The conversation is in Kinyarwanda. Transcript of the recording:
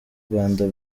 rwanda